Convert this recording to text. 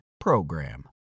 PROGRAM